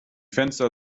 fenster